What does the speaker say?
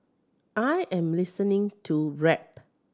I am listening to rap